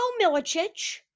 Milicic